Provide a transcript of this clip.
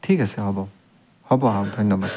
ঠিক আছে হ'ব হ'ব ধন্যবাদ